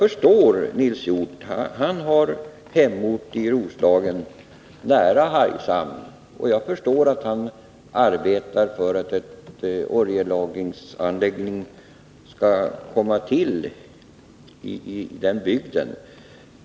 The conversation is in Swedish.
Nils Hjorth har sin hemort i Roslagen, nära Hargshamn, och jag förstår att han arbetar för att en oljelagringsanläggning skall komma till stånd i den bygden.